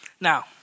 Now